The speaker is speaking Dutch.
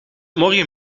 morgen